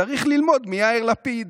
צריך ללמוד מיאיר לפיד,